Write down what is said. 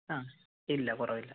ആഹ് ഇല്ല കുറവില്ല